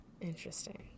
Interesting